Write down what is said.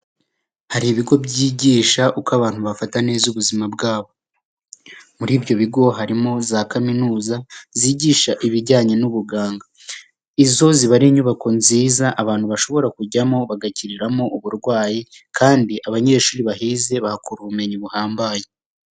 Hari ibigo byigisha uko abantu bafata neza ubuzima bwabo. Muri ibyo bigo harimo za kaminuza zigisha ibijyanye n'ubuganga. Izo ziba ari inyubako nziza abantu bashobora kujyamo bagakiriramo uburwayi, kandi abanyeshuri bahize bahakura ubumenyi buhambaye.